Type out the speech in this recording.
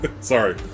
Sorry